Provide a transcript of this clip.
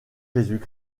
jésus